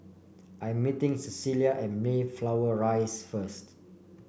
I am meeting Cecelia at Mayflower Rise first